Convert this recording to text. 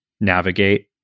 navigate